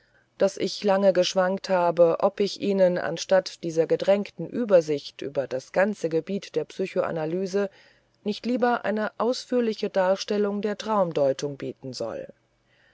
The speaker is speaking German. daß ich lange geschwankt habe ob ich ihnen anstatt dieser gedrängten übersicht über das ganze gebiet der psychoanalyse nicht lieber eine ausführliche darstellung der traumdeutung bieten soll